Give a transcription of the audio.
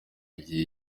igihe